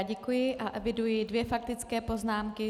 Děkuji a eviduji dvě faktické poznámky.